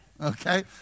Okay